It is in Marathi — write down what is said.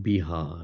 बिहार